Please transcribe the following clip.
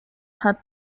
had